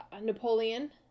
Napoleon